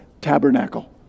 tabernacle